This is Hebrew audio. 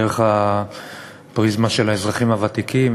דרך הפריזמה של האזרחים הוותיקים,